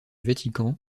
vatican